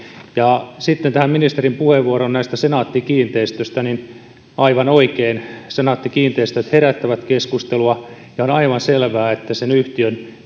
sitten ministerin puheenvuoroon senaatti kiinteistöistä aivan oikein senaatti kiinteistöt herättävät keskustelua ja on aivan selvää että sen yhtiön